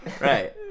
right